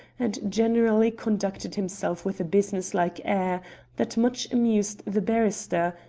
and generally conducted himself with a business-like air that much amused the barrister,